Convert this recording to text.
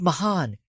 Mahan